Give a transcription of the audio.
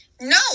No